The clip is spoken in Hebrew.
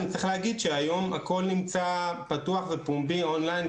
צריך להגיד שהכול היום נמצא פתוח ופומבי אונליין,